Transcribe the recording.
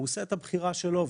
הוא עושה את הבחירה שלו,